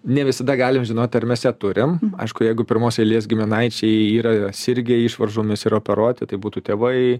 ne visada galim žinot ar mes ją turim aišku jeigu pirmos eilės giminaičiai yra sirgę išvaržomis ir operuoti tai būtų tėvai